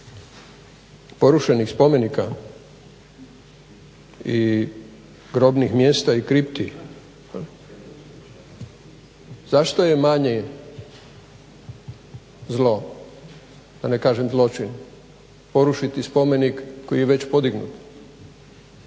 porušenih spomenika i grobnih mjesta i kripti zašto je manje zlo, da ne kažem zločin porušiti spomenik koji je već podignut